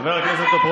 צבא לנגיף?